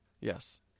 Yes